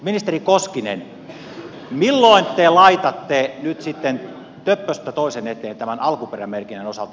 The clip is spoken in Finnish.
ministeri koskinen milloin te laitatte nyt sitten töppöstä toisen eteen tämän alkuperämerkinnän osalta